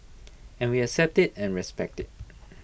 and we accept IT and respect IT